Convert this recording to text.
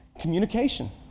communication